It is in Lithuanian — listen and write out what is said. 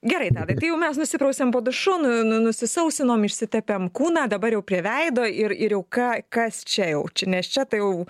gerai jau mes nusiprausėm po dušu nu nu nusisausinom išsitepėm kūną dabar jau prie veido ir ir jau ką kas čia jau čia nes čia tai jau